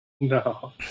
No